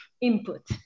input